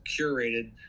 curated